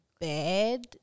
bad